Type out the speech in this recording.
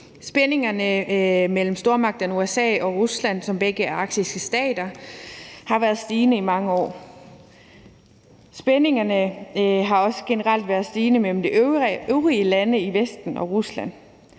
Spændingerne mellem stormagterne USA og Rusland, som begge er arktiske stater, har været stigende i mange år. Spændingerne har også generelt været stigende mellem Rusland og de øvrige lande i Vesten. Efter at Rusland